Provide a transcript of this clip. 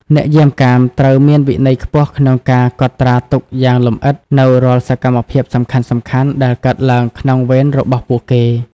អ្នកយាមកាមត្រូវមានវិន័យខ្ពស់ក្នុងការកត់ត្រាទុកយ៉ាងលម្អិតនូវរាល់សកម្មភាពសំខាន់ៗដែលកើតឡើងក្នុងវេនរបស់ពួកគេ។